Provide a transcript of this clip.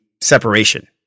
separation